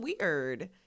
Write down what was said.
weird